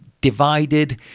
divided